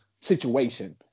situation